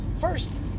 First